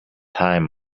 time